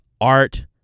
art